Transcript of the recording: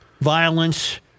violence